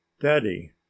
DADDY